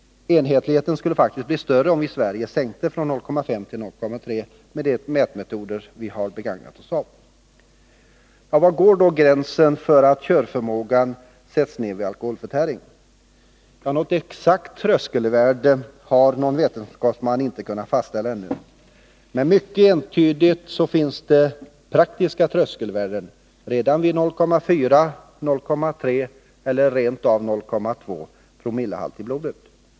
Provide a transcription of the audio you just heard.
Enhetligheten skulle faktiskt bli större om vi i Sverige sänkte promilletalet från 0,5 till 0,3 med de mätmetoder vi har begagnat oss av. Var går då gränsen för att körförmågan sätts ned vid alkoholförtäring? Ja, ett exakt tröskelvärde har inte någon vetenskapsman kunnat fastställa ännu. Men det finns ostridigt praktiska tröskelvärden redan vid 0,4, 0,3 eller rent av 0,2 promillehalt i blodet.